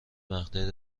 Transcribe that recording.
مقطع